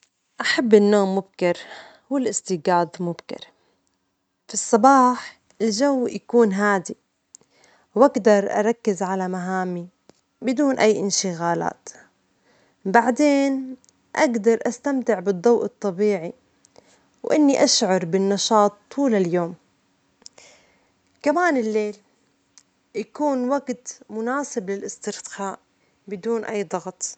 أحب النوم مبكر والاستيجاظ مبكر، في الصباح الجو يكون هادي، وأجدر أركز على مهامي بدون أي إنشغالات، بعدين أجدر أستمتع بالضوء الطبيعي، وإني أشعر بالنشاط طول اليوم، كمان الليل يكون وجت مناسب للاسترخاء بدون أي ضغط.